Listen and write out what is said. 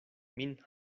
min